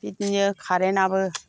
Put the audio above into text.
बिदिनो कारेन्टआबो